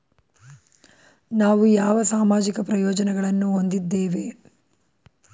ನಾವು ಯಾವ ಸಾಮಾಜಿಕ ಪ್ರಯೋಜನಗಳನ್ನು ಹೊಂದಿದ್ದೇವೆ?